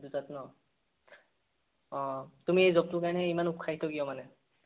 দুটাত ন অঁ তুমি এই জবটোৰ কাৰণে ইমান উৎসাহিত কিয় মানে